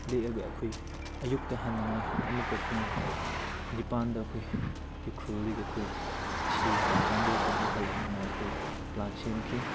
ꯂꯦꯛꯂꯒ ꯑꯩꯈꯣꯏ ꯑꯌꯨꯛꯇ ꯍꯟꯅꯉꯥꯏ ꯑꯃꯨꯛꯀ ꯄꯨꯡ ꯅꯤꯄꯥꯟꯗ ꯑꯩꯈꯣꯏ ꯎꯈ꯭ꯔꯨꯜꯗꯒꯤ ꯑꯩꯈꯣꯏ ꯑꯁꯤ ꯆꯥꯟꯗꯦꯜ ꯇꯥꯟꯅ ꯍꯜꯂꯛꯅꯉꯥꯏ ꯑꯩꯈꯣꯏ ꯄ꯭ꯂꯥꯟ ꯁꯦꯝꯈꯤ